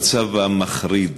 המצב מחריד.